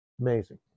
Amazing